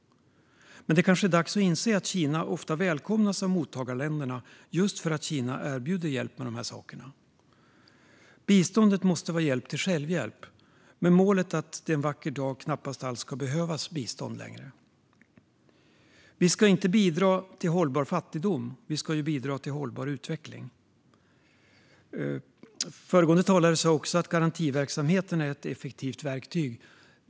Men det är kanske dags att inse att Kina ofta välkomnas av mottagarländerna just för att Kina erbjuder hjälp med de här sakerna. Biståndet måste vara hjälp till självhjälp, med målet att det en vacker dag knappt alls ska behövas längre. Vi ska inte bidra till hållbar fattigdom. Vi ska bidra till hållbar utveckling. Föregående talare sa också att garantiverksamheten är ett effektivt verktyg.